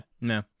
No